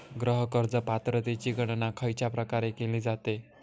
गृह कर्ज पात्रतेची गणना खयच्या प्रकारे केली जाते?